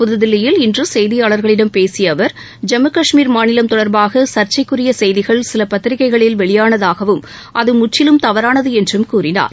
புதுதில்லியில் இன்று செய்தியாளர்களிடம் பேசிய அவர் ஜம்மு கஷ்மீர் மாநிலம் தொடர்பாக சர்ச்சைக்குரிய செய்திகள் சில பத்திரிகைகளில் வெளியானதாகவும் அது முற்றிலும் தவறானது என்றும் கூறினார்